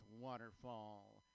Waterfall